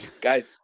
Guys